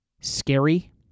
scary